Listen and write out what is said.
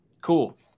Cool